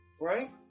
right